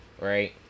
right